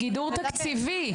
גידור תקציבי.